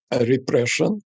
repression